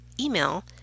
email